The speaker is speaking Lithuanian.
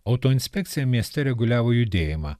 autoinspekcija mieste reguliavo judėjimą